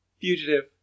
fugitive